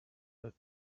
that